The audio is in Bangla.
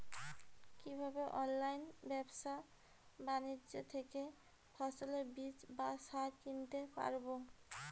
কীভাবে অনলাইন ব্যাবসা বাণিজ্য থেকে ফসলের বীজ বা সার কিনতে পারবো?